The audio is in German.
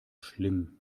schlimm